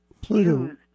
Pluto